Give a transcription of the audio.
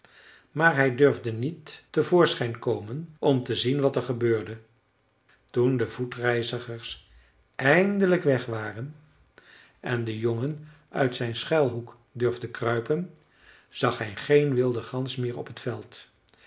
maar hij durfde niet te voorschijn komen om te zien wat er gebeurde toen de voetreizigers eindelijk weg waren en de jongen uit zijn schuilhoek durfde kruipen zag hij geen wilde gans meer op het veld